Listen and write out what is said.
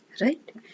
right